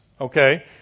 okay